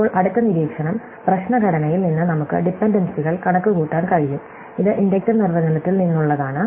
ഇപ്പോൾ അടുത്ത നിരീക്ഷണം പ്രശ്ന ഘടനയിൽ നിന്ന് നമുക്ക് ഡിപൻഡൻസികൾ കണക്കുകൂട്ടാൻ കഴിയും ഇത് ഇൻഡക്റ്റീവ് നിർവചനത്തിൽ നിന്നുള്ളതാണ്